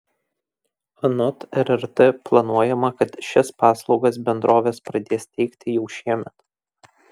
anot rrt planuojama kad šias paslaugas bendrovės pradės teikti jau šiemet